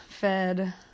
fed